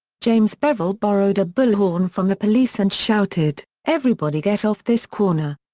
james bevel borrowed a bullhorn from the police and shouted, everybody get off this corner.